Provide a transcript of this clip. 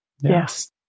Yes